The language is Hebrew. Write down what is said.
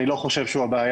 אני לא חושב שהוא הבעיה,